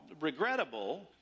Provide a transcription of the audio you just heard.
regrettable